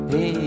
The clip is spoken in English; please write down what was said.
Hey